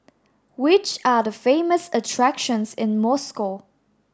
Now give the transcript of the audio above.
which are the famous attractions in Moscow